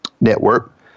network